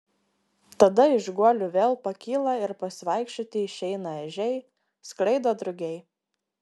tada iš guolių vėl pakyla ir pasivaikščioti išeina ežiai skraido drugiai